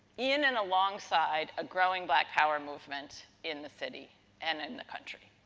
in and alongside a growing black power movement in the city and in the country.